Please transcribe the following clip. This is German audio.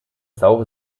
saure